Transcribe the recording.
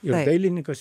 ir dailinikas